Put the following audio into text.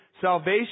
salvation